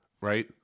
right